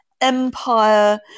empire